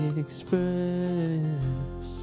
express